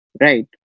Right